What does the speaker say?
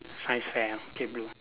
science fair ah K blue